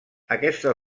aquesta